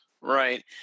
right